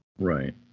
Right